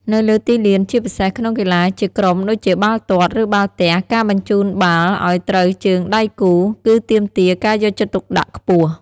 នៅលើទីលាន ជាពិសេសក្នុងកីឡាជាក្រុមដូចជាបាល់ទាត់ ឬបាល់ទះ ការបញ្ជូនបាល់ឱ្យត្រូវជើងដៃគូ គឺទាមទារការយកចិត្តទុកដាក់ខ្ពស់។